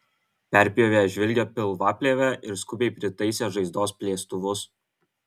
perpjovė žvilgią pilvaplėvę ir skubiai pritaisė žaizdos plėstuvus